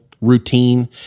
routine